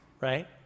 right